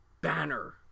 banner